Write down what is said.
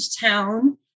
town